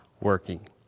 working